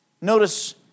Notice